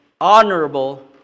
honorable